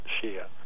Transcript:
share